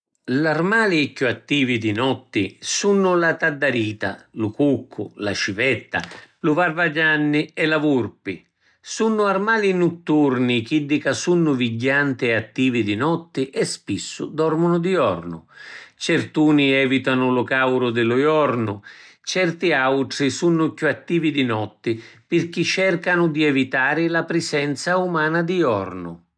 L’armali chiù attivi di notti sunnu la taddarita, lu cuccu, la civetta, lu varvajanni e la vurpi. Sunnu armali nutturni chiddi ca sunnu vigghianti e attivi di notti e spissu dormunu di jornu. Certuni evitanu lu cauru di lu jornu. Certi autri sunnu chiù attivi di notti pirchì cercanu di evitari la prisenza umana di jornu.